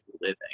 living